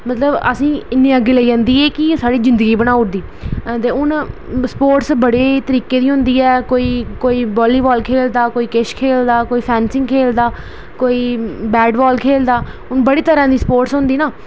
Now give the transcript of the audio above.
मतलब असेंगी इन्ना अग्गै लेई जंदी ऐ कि साढ़ी जिंदगी बनाई ओड़दी ते हून स्पोर्टस बड़े तरीके दी होंदी ऐ कोई बॉलीवाल खेलदा कोई किश खेल्लदा कोई फैंसिंग खेलदा कोई बैट बॉल खेलदा मतलब बड़ी तरह दी स्पोर्टस होंदी